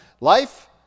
Life